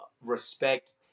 respect